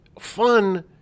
fun